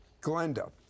Glenda